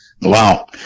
wow